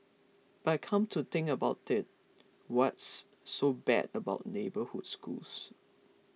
but come to think about it what's so bad about neighbourhood schools